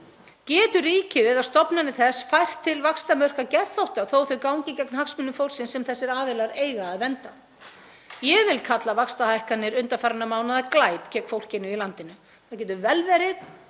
Getur ríkið eða stofnanir þess fært til vaxtamörk að geðþótta þótt þau gangi gegn hagsmunum fólksins sem þessir aðilar eiga að vernda? Ég vil kalla vaxtahækkanir undanfarinna mánaða glæp gegn fólkinu í landinu. Það getur vel verið